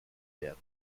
wer